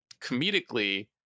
comedically